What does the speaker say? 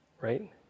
Right